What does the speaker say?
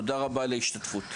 תודה רבה על ההשתתפות.